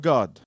God